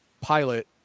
pilot